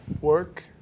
Work